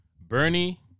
Bernie